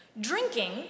Drinking